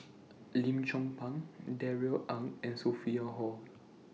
Lim Chong Pang Darrell Ang and Sophia Hull